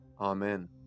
Amen